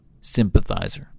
sympathizer